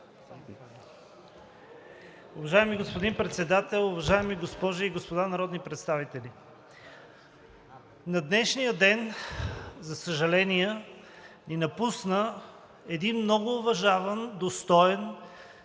Уважаеми господин Председател, уважаеми госпожи и господа народни представители! На днешния ден, за съжаление, ни напусна един много уважаван, достоен